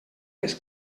les